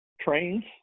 trains